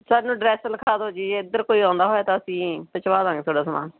ਸਾਨੂੰ ਡਰੈਸ ਲਿਖਾ ਦਿਓ ਜੀ ਜੇ ਇੱਧਰ ਕੋਈ ਆਉਂਦਾ ਹੋਇਆ ਤਾਂ ਅਸੀਂ ਪਹੁੰਚ ਵਾ ਦਾਂਗੇ ਤੁਹਾਡਾ ਸਾਮਾਨ